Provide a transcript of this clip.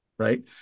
Right